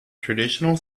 traditional